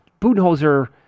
Budenholzer